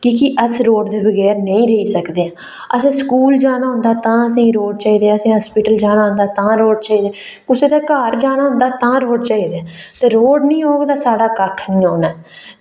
की कि अस रोड़ दे बगैर नेईं रेही सकदे असें स्कूल जाना होंदा तां असें ई रोड़ चाहिदे असें हास्पिटल जाना होंदा तां रोड़ चाहिदे कुसै दे घर जाना होंदा तां रोड़ चाहिदे ते रोड़ निं होग ते साढ़ा कक्ख निं होना ऐ